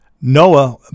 Noah